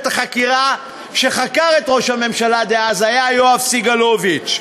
החקירה שחקר את ראש הממשלה דאז היה יואב סגלוביץ'.